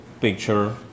picture